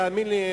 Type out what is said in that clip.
תאמין לי,